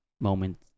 moment